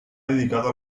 dedicado